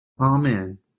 Amen